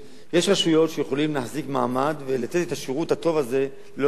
יש רשויות שיכולות להחזיק מעמד ולתת את השירות הטוב הזה ללא תשלום